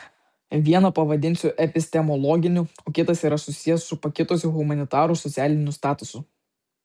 vieną pavadinsiu epistemologiniu o kitas yra susijęs su pakitusiu humanitarų socialiniu statusu